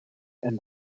and